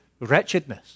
wretchedness